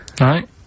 right